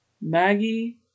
Maggie